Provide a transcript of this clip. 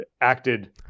acted